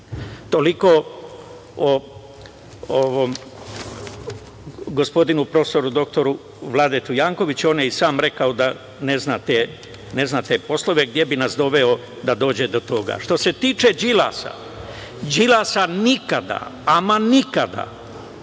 Toliko o gospodinu prof. dr Vladeti Jankoviću. On je i sam rekao da ne zna te poslove. Gde bi nas doveo da dođe do toga? Što se tiče Đilasa, Đilasa nikada, ama nikada